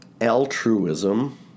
Altruism